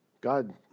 God